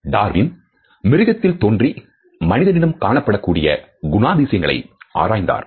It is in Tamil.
டார்வின் மிருகத்தில் தோன்றி மனிதனிடம் காணப்படக்கூடிய குணாதிசயங்களை ஆராய்ந்தார்